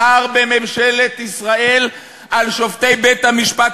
שופטי בג"ץ